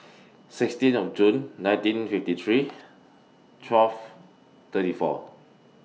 sixteenth June nineteen fifty three twelve thirty four